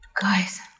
Guys